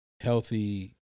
healthy